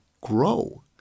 grow